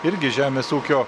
irgi žemės ūkio